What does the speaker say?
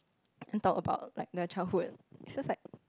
then talk about like their childhood it's just like